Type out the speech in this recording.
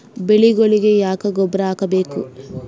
ಬೆಳಿಗೊಳಿಗಿ ಯಾಕ ಗೊಬ್ಬರ ಹಾಕಬೇಕು?